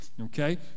Okay